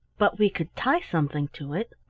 but we could tie something to it.